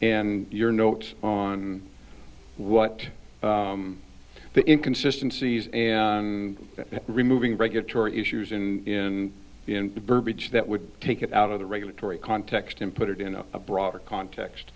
and your notes on what the inconsistency is and removing regulatory issues in burbage that would take it out of the regulatory context and put it in a broader context